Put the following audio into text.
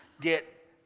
get